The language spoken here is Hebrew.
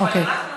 אבל אנחנו מבקשים.